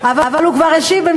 מי שהיה משיב זה השר.